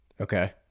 Okay